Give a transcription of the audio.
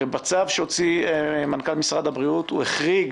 הרי בצו שהוציא מנכ"ל משרד הבריאות הוא החריג